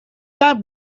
that